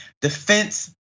Defense